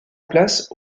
place